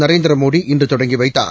நரேந்திர மோடி இன்று தொடங்கி வைத்தார்